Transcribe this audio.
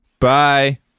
Bye